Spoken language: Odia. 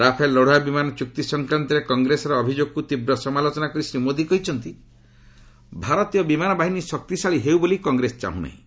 ରାଫେଲ୍ ଲଢୁଆ ବିମାନ ଚୁକ୍ତି ସଂକ୍ରାନ୍ତରେ କଂଗ୍ରେସର ଅଭିଯୋଗକୁ ତୀବ୍ର ସମାଲୋଚନା କରି ଶ୍ରୀ ମୋଦି କହିଛନ୍ତି ଭାରତୀୟ ବିମାନ ବାହିନୀ ଶକ୍ତିଶାଳୀ ହେଉ ବୋଲି କଂଗ୍ରେସ ଚାହୁଁ ନାହିଁ